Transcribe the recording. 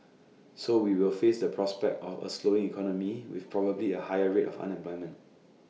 so we will face the prospect of A slowing economy with probably A higher rate of unemployment